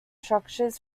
structures